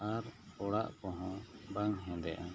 ᱟᱨ ᱚᱲᱟᱜ ᱠᱚᱦᱚᱸ ᱵᱟᱝ ᱦᱮᱸᱫᱮᱜᱼᱟ